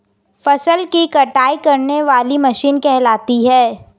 फसल की कटाई करने वाली मशीन कहलाती है?